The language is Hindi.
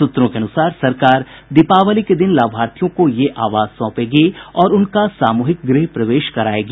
सूत्रों के अनुसार सरकार दीपावली के दिन लाभार्थियों को ये आवास सौंपेगी और उनका सामूहिक गृह प्रवेश करायेगी